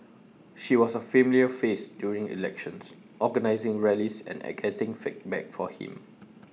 she was A familiar face during elections organising rallies and getting feedback for him